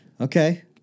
Okay